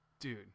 dude